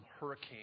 hurricane